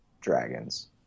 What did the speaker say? dragons